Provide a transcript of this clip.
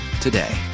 today